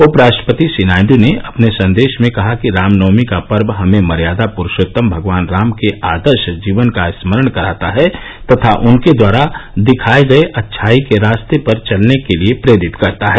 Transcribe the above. उप राष्ट्रपति श्री नायडू ने अपने संदेश में कहा कि राम नवमी का पर्व हमें मर्यादा प्रूषोत्तम भगवान राम के आदर्श जीवन का स्मरण कराता है तथा उनके द्वारा दिखाए गए अच्छाई के रास्ते पर चलने के लिए प्रेरित करता है